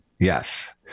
Yes